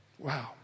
Wow